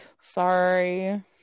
Sorry